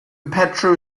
pedro